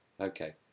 Okay